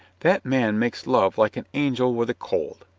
that man makes love like an angel with a cold.